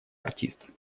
артист